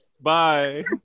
Bye